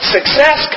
Success